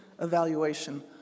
evaluation